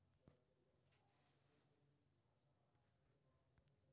माटिक बदला आब प्लास्टिक आ धातुक तिजौरी सेहो बाजार मे भेटै छै